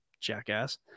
jackass